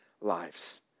lives